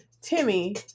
timmy